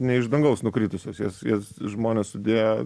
ne iš dangaus nukritusios jos jas žmonės sudėję